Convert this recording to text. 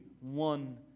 one